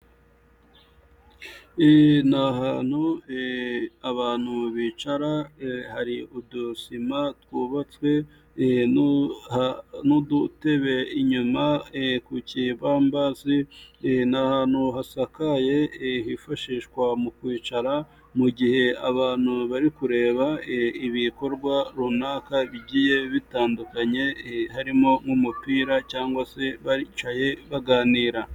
Ni ahantu abantu bicara hari udusima twubatswe n'udutebe inyuma ku kibambasi, ni ahantu hasakaye hifashishwa mu kwicara mu gihe abantu bari kureba ibikorwa runaka bigiye bitandukanye harimo nk'umupira cyangwa se baricaye baganira.